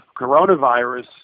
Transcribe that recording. coronavirus